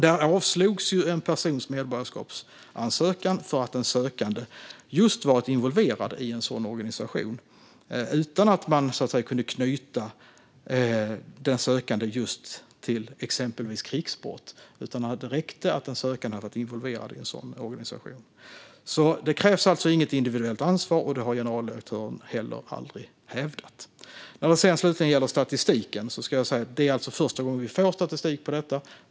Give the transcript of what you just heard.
Där avslogs en persons medborgarskapsansökan för att den sökande varit involverad i en sådan organisation utan att man kunde knyta den sökande till exempelvis krigsbrott. Det räckte att den sökande hade varit involverad i en sådan organisation. Det krävs alltså inget individuellt ansvar, och det har generaldirektören heller aldrig hävdat. När det slutligen gäller statistiken ska jag säga att det är första gången vi får statistik på detta.